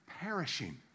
Perishing